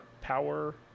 Power